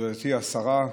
גברתי השרה,